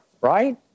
right